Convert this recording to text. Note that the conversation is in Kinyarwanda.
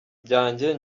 byanjye